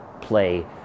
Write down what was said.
play